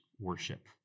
worship